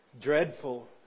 dreadful